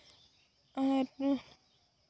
ᱟᱨ ᱱᱚᱣᱟ